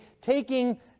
taking